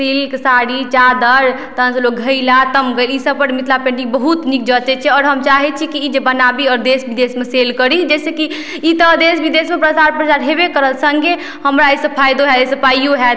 silk sari चादर तखनसँ लोक घैला तमघलि इसब पर मिथिला पेन्टिंग बहुत नीक जञ्चय छै और हम चाहय छी कि ई जे बनाबी आओर देश विदेशमे सेल करी जैसँ कि ई तऽ देश विदेशमे प्रसार प्रचार हेबय करत सङ्गे हमरा अइसँ फाइदो हैत अइसँ पाइयो हैत